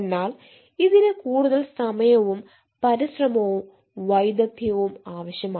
എന്നാൽ ഇതിന് കൂടുതൽ സമയവും പരിശ്രമവും വൈദഗ്ധ്യവും ആവശ്യമാണ്